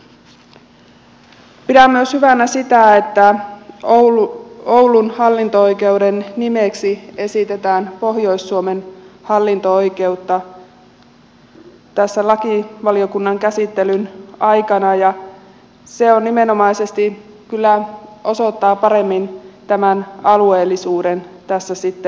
pidän myös hyvänä sitä että oulun hallinto oikeuden nimeksi esitetään pohjois suomen hallinto oikeutta tässä lakivaliokunnan käsittelyn aikana ja se nimenomaisesti kyllä osoittaa paremmin tämän alueellisuuden tässä sitten jatkossa